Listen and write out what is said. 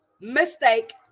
Mistake